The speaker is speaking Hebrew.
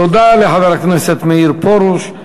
תודה לחבר הכנסת מאיר פרוש.